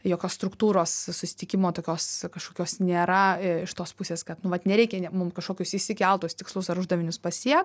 jokios struktūros susitikimo tokios kažkokios nėra iš tos pusės kad nu vat nereikia mum kažkokius išsikeltus tikslus ar uždavinius pasiek